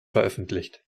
veröffentlicht